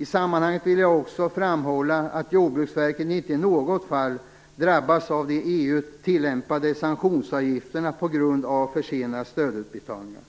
I sammanhanget vill jag också framhålla att Jordbruksverket inte i något fall drabbats av de av EU tillämpade sanktionsavgifterna på grund av för sena stödutbetalningar.